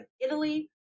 Italy